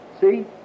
See